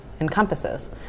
encompasses